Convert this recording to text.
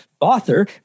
author